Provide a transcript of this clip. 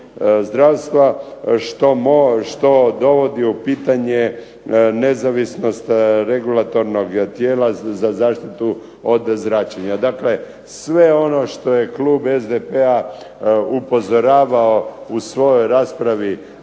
zdravstva što dovodi u pitanje nezavisnost regulatornog tijela za zaštitu od zračenja. Dakle, sve ono što je klub SDP upozoravao tom prilikom